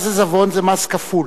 מס עיזבון זה מס כפול.